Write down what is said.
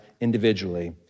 individually